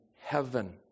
heaven